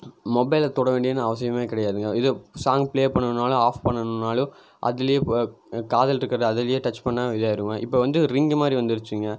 மொபைல்ல தொடவேண்டியனு அவசியமே கிடையாதுங்க எதோ சாங் ப்ளே பண்ணணும்னாலும் ஆஃப் பண்ணணும்னாலும் அதிலயே இப்போ காதில் இருக்கிற அதிலயே டச் பண்ணால் இதாயிடுமாம் இப்போ வந்து ரிங் மாதிரி வந்திருச்சுங்க